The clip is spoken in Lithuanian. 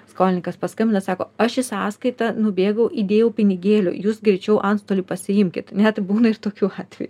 skolininkas paskambina sako aš į sąskaitą nubėgau įdėjau pinigėlių jūs greičiau antstoliai pasiimkit net būna ir tokiu atvejų